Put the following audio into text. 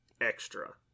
extra